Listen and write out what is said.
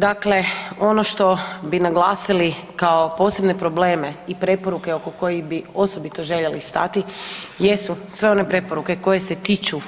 Dakle, ono što bi naglasili kao posebne probleme i preporuke oko kojih bi osobito željeli stati jesu sve one preporuke koje se tiču